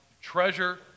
Treasure